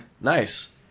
Nice